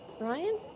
Ryan